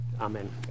Amen